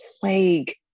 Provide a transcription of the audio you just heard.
plague